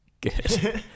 Good